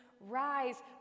rise